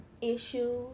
issues